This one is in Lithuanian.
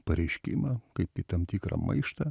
pareiškimą kaip į tam tikrą maištą